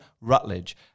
Rutledge